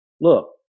look